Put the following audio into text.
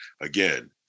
again